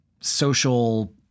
social –